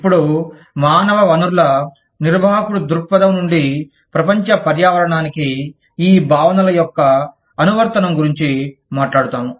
ఇప్పుడు మానవ వనరుల నిర్వాహకుడి దృక్పథం నుండి ప్రపంచ పర్యావరణానికి ఈ భావనల యొక్క అనువర్తనం గురించి మాట్లాడుతాము